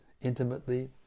intimately